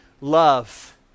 love